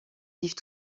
vivent